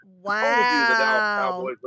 Wow